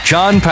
John